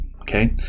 Okay